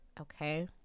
Okay